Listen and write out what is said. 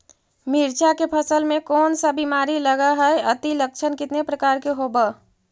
मीरचा के फसल मे कोन सा बीमारी लगहय, अती लक्षण कितने प्रकार के होब?